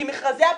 כי מכרזי ה-PPP,